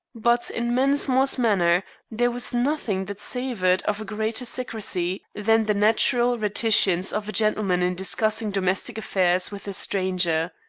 but in mensmore's manner there was nothing that savored of a greater secrecy than the natural reticence of a gentleman in discussing domestic affairs with a stranger.